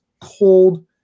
cold